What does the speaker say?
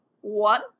one